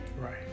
Right